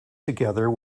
together